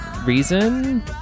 reason